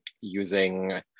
using